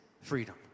freedom